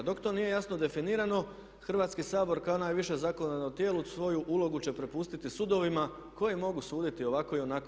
Dok to nije jasno definirano Hrvatski sabor kao najviše zakonodavno tijelo svoju ulogu će prepustiti sudovima koji mogu suditi ovako i onako.